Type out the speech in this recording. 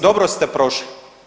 Dobro ste prošli.